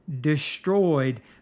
destroyed